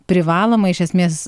privaloma iš esmės